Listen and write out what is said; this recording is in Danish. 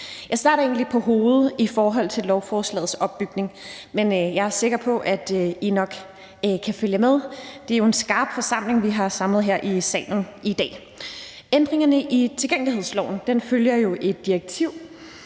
Jeg starter egentlig på hovedet i forhold til lovforslagets opbygning, men jeg sikker på, at I nok kan følge med. Det er jo en skarp forsamling, vi har samlet her i salen i dag. Ændringerne i tilgængelighedsloven følger jo et direktiv,